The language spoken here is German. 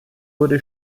wurde